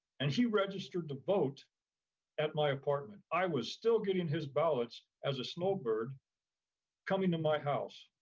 and he registered to vote at my apartment. i was still getting his ballots as a snowbird coming to my house,